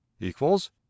equals